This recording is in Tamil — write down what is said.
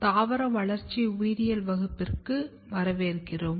தாவர வளர்ச்சி உயிரியல் வகுப்பிற்கு வரவேற்கிறோம்